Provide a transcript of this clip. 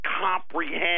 comprehend